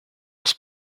was